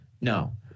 no